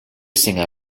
singer